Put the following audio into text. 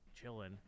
chilling